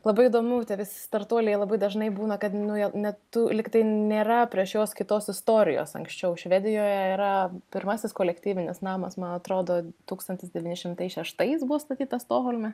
labai įdomu visi startuoliai labai dažnai būna kad nu jo net tų lyg tai nėra prieš juos kitos istorijos anksčiau švedijoje yra pirmasis kolektyvinis namas man atrodo tūkstantis devyni šimtai šeštais buvo statytas stokholme